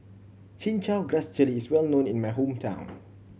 Chin Chow Grass Jelly is well known in my hometown